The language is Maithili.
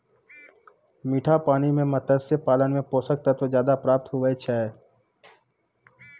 मीठा पानी मे मत्स्य पालन मे पोषक तत्व ज्यादा प्राप्त हुवै छै